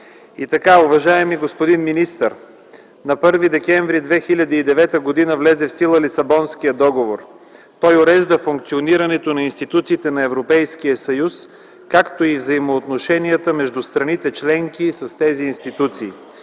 стъпки. Уважаеми господин министър, на 1 декември 2009 г. влезе в сила Лисабонският договор. Той урежда функционирането на институциите на Европейския съюз, както и взаимоотношенията между страните членки и тези институции.